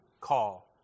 call